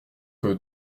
que